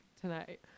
tonight